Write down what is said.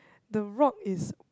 the rock is